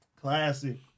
Classic